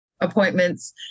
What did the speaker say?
appointments